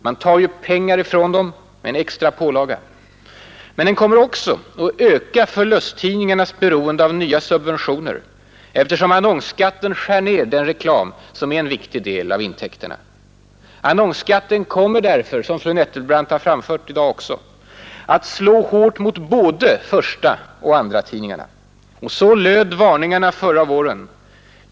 Man tar ju pengar från dem med en extra pålaga. Men den kommer också att öka förlusttidningarnas beroende av nya subventioner, eftersom annonsskatten skär ner den reklam som är en viktig del av intäkterna. Annonsskatten kommer därför — som fru Nettelbrandt också i dag har framhållit — att slå hårt mot både förstaoch andratidningarna. Så löd varningarna förra våren.